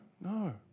No